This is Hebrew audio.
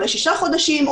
או לשישה חודשים,